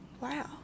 wow